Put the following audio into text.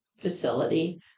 facility